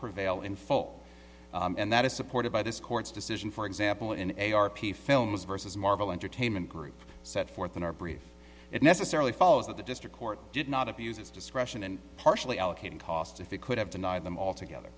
prevail in fol and that is supported by this court's decision for example in a r p films vs marvel entertainment group set forth in our brief it necessarily follows that the district court did not abuse its discretion and partially allocating costs if it could have denied them altogether